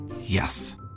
Yes